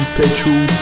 petrol